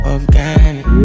Organic